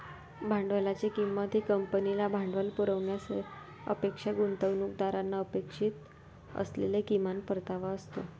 भांडवलाची किंमत ही कंपनीला भांडवल पुरवण्याची अपेक्षा गुंतवणूकदारांना अपेक्षित असलेला किमान परतावा असतो